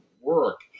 work